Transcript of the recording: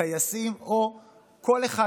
טייסים או כל אחד,